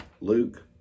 Luke